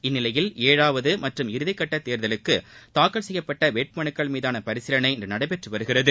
இந்நிலையில் ஏழாவது மற்றும் இறுதி கட்ட தேர்தலுக்கு தாக்கல் செய்யப்பட்ட வேட்பு மனுக்கள் மீதான பரிசீலனை இன்று நடைபெற்று வருகிறது